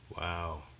Wow